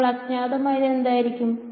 അപ്പോൾ അജ്ഞാതമായത് എന്തായിരിക്കും